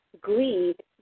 greed